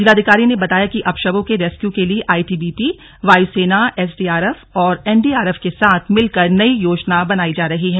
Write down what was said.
जिलाधिकारी ने बताया कि अब शवों के रेस्क्यू के लिए आईटीबीपी वायु सेना एसडीआरएफ और एनडीआरएफ के साथ मिलकर नई योजना बनाई जा रही है